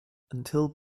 until